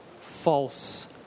false